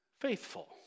faithful